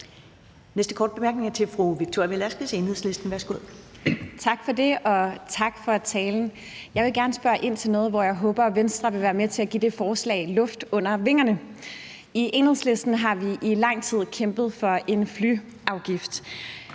Næste korte bemærkning er til fru Victoria Velasquez, Enhedslisten. Værsgo. Kl. 10:42 Victoria Velasquez (EL): Tak for det, og tak for talen. Jeg vil gerne spørge ind til et forslag, som jeg håber Venstre vil være med til at give luft under vingerne. I Enhedslisten har vi i lang tid kæmpet for en flyafgift.